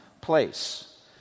place